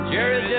Jerry